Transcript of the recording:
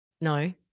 No